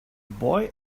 boy